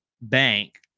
bank